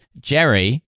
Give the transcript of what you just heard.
Jerry